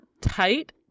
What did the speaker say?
Tight